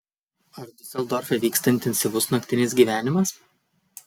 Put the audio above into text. ar diuseldorfe vyksta intensyvus naktinis gyvenimas